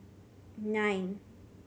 nine